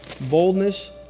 boldness